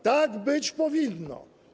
Tak być powinno.